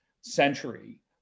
century